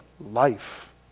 life